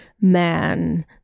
man